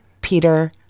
Peter